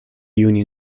union